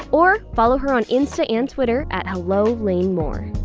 or follow her on insta and twitter at hellolanemoore